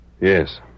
Yes